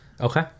Okay